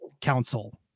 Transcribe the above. council